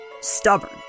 stubborn